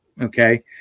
okay